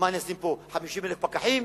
מה, אני אשים פה 50,000 פקחים